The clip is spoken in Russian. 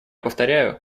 повторяю